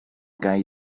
kaj